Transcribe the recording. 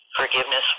Forgiveness